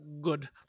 good